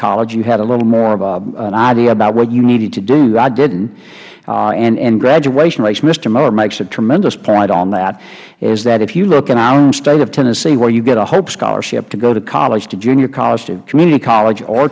college you had a little more of an idea about what you needed to do i didn't and graduation rates mister miller makes a tremendous point on that is that if you look in our own state of tennessee where you get a hope scholarship to go to college to junior college to community college or